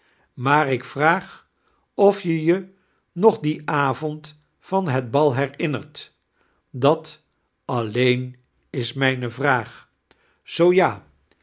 maar ik vraag of je je nog dien avond van het bal herinnert dat alleein is mijne vraag zoo ja